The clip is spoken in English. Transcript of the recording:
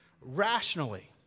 rationally